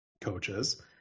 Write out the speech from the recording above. coaches